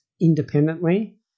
independently